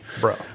bro